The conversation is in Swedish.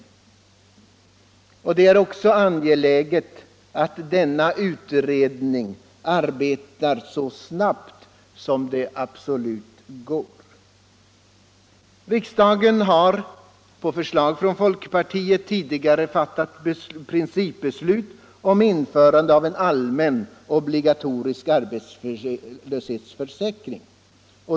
Det är också angeläget att denna utredning arbetar så snabbt som det över huvud taget går. Riksdagen har på förslag från folkpartiet tidigare fattat principbeslut om införande av en allmän obligatorisk arbetslöshetsförsäkring.